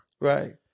Right